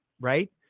right